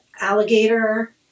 alligator